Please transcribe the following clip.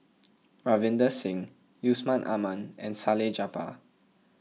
Ravinder Singh Yusman Aman and Salleh Japar